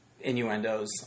innuendos